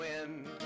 win